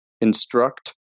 instruct